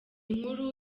nkuru